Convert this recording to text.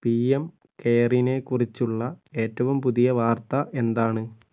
PM കെയറിനെക്കുറിച്ചുള്ള ഏറ്റവും പുതിയ വാർത്ത എന്താണ്